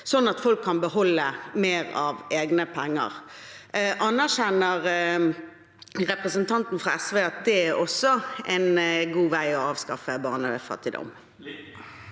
sånn at folk kan beholde mer av egne penger. Anerkjenner representanten fra SV at også det er en god vei for å avskaffe barnefattigdom?